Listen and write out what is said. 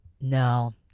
No